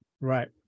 Right